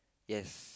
yes